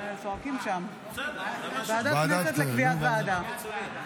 לוועדת הכנסת, לקביעת ועדה.